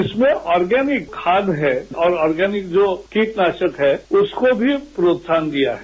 इसमे ऑर्गेनिक खाद है और ऑर्गेनिक जो कीटनाशक है उसको भी प्रोत्साहन दिया है